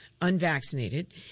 unvaccinated